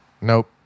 Nope